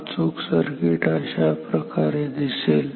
अचूक सर्किट अशाप्रकारे दिसेल